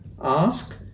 ask